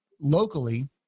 locally